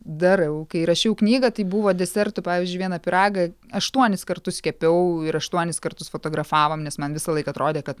darau kai rašiau knygą tai buvo desertų pavyzdžiui vieną pyragą aštuonis kartus kepiau ir aštuonis kartus fotografavom nes man visąlaik atrodė kad